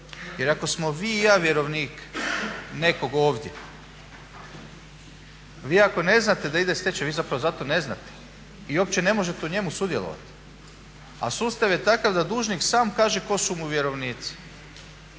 Jer ako smo vi i ja vjerovnik nekog ovdje, vi ako ne znate da ide stečaj, vi zapravo za to ne znate i opće ne možete u njemu sudjelovati, a sustav je takav da dužnik sam kaže ko su mu vjerovnici.